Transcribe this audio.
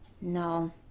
No